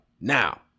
Now